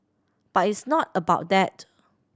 but it's not about that